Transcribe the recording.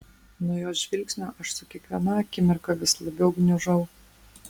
nuo jos žvilgsnio aš su kiekviena akimirka vis labiau gniužau